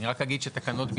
אני רק אגיד שתקנות,